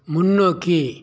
முன்னோக்கி